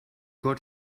got